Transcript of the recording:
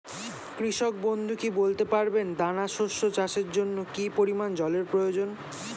কৃষক বন্ধু কি বলতে পারবেন দানা শস্য চাষের জন্য কি পরিমান জলের প্রয়োজন?